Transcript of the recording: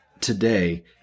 today